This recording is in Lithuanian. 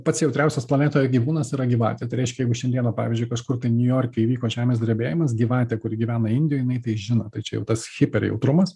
pats jautriausias planetoje gyvūnas yra gyvatė tai reiškia jeigu šiandieną pavyzdžiui kažkur niujorke įvyko žemės drebėjimas gyvatė kuri gyvena indijoj jinai tai žino tai čia jau tas hiper jautrumas